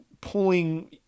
pulling